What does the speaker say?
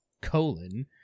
colon